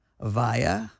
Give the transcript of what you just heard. via